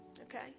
Okay